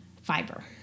fiber